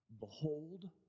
behold